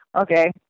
okay